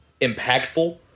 impactful